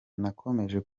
nakomeje